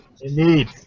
Indeed